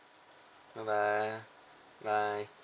bye bye bye